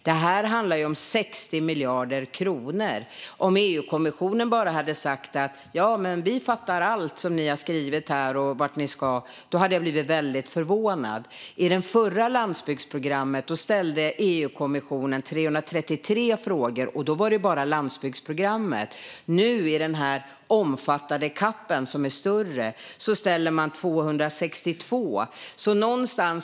Det här handlar om 60 miljarder kronor, och om EU-kommissionen bara hade sagt att de fattar allt som vi har skrivit och vart vi ska hade jag blivit väldigt förvånad. I det förra landsbygdsprogrammet ställde EU-kommissionen 333 frågor, och då var det bara landsbygdsprogrammet. I den omfattande CAP:en som är större ställer man nu 262 frågor.